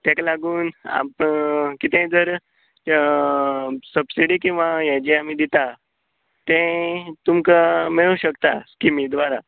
तेका लागून आप कितेंय जर सबसिडी किंवां हें जे आमी दिता तें तुमका मेळू शकता स्किमी द्वारा